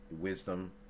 wisdom